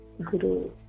guru